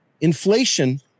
inflation